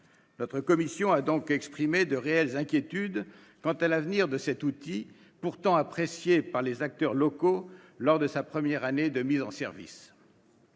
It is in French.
durable a donc exprimé de réelles inquiétudes quant à l'avenir de cet outil, pourtant apprécié par les acteurs locaux lors de sa première année de mise en service.